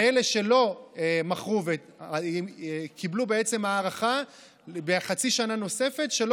ואלה שלא מכרו קיבלו הארכה של חצי שנה נוספת כדי